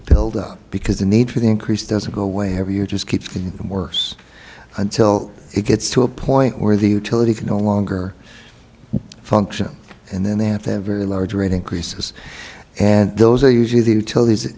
build up because the need for the increase doesn't go away every year just keeps getting worse until it gets to a point where the utility can no longer function and then they have to have very large rate increases and those are usually the utilities